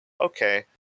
okay